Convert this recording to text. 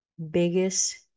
Biggest